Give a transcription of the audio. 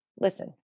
listen